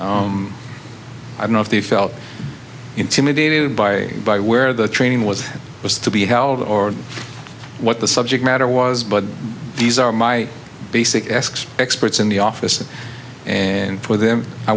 i know if they felt intimidated by by where the training was was to be held or what the subject matter was but these are my basic asks experts in the office and for them i